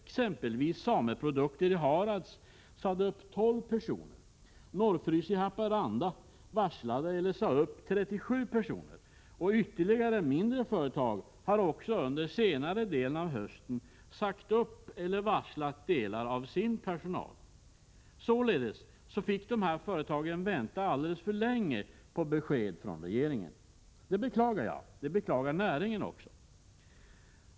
Exempelvis Sameprodukter i Harads sade upp 12 personer, Norrfrys i Haparanda varslade eller sade upp 37 personer. Ytterligare några mindre företag har också under senare delen av hösten sagt upp eller varslat delar av sin personal. Således fick dessa företag vänta alldeles för länge på besked från regeringen. Det beklagar jag. Det beklagar näringen också.